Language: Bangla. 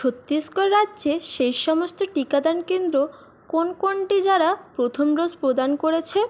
ছত্তিশগড় রাজ্যে সে সমস্ত টিকাদান কেন্দ্র কোন কোনটি যারা প্রথম ডোজ প্রদান করেছে